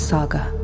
Saga